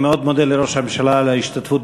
אני מאוד מודה לראש הממשלה על ההשתתפות